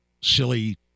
silly